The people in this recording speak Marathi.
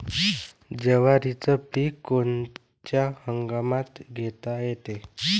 जवारीचं पीक कोनच्या हंगामात घेता येते?